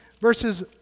verses